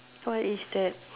what is that